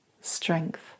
strength